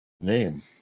name